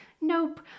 nope